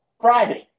Friday